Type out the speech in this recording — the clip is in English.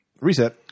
Reset